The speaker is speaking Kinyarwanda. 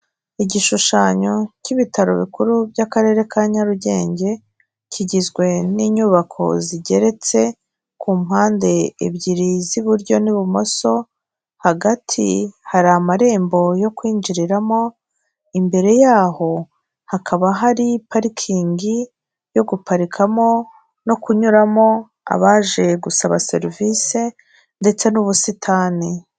Igishushanyo cy'ibitaro bikuru by'akarere ka Nyarugenge, kigizwe n'inyubako zigeretse ku mpande ebyiri z'iburyo n'ibumoso hagati hari amarembo yo kwinjiriramo imbere yaho hakaba hari parikingi yo guparikamo no kunyuramo abaje gusaba serivisi ndetse n'ubusitani.